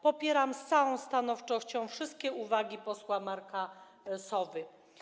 Popieram z całą stanowczością wszystkie uwagi posła Marka Sowy.